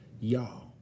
Y'all